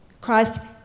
Christ